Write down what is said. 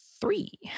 three